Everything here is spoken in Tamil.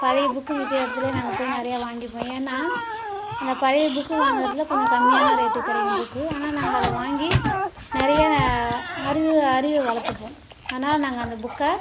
பழைய புக்கு விற்குற இடத்துலயே நாங்கள் போய் நிறையா வாங்கிப்போம் ஏன்னா அந்த பழைய புக்கு வாங்கிற இடத்தில் கொஞ்சம் கம்மியான ரேட்டுக்கு கிடைக்கும் புக்கு ஆனால் நாங்கள் அதை வாங்கி நிறையா அறிவு அறிவு வளர்த்துப்போம் அதனால நாங்கள் அந்த புக்கை